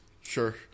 Sure